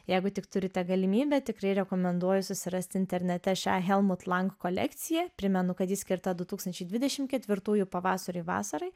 jeigu tik turite galimybę tikrai rekomenduoju susirasti internete šią helmut lang kolekciją primenu kad jis skirta dū tūkstančia dvidešim ketvirtųjų pavasariui vasarai